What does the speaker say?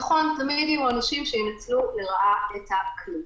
נכון, תמיד יהיו אנשים שינצלו לרעה את הכלי.